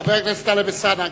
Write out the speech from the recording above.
חבר הכנסת טלב אלסאנע,